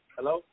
Hello